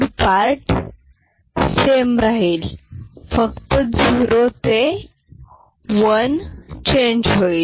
त्यामुळे विशालता भाग समान राहील केवळ साइन बिट 0 ते 1 पर्यंत बदलते